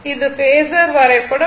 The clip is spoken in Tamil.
இது பேஸர் வரைபடம்